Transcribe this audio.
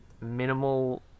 minimal